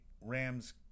Rams